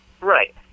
Right